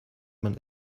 man